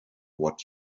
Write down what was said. what